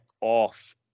off